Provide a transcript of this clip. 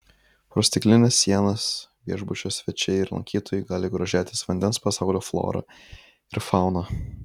pro stiklines sienas viešbučio svečiai ir lankytojai gali grožėtis vandens pasaulio flora ir fauna